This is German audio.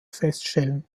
feststellen